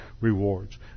rewards